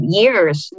years